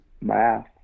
math